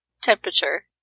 temperature